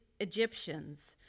Egyptians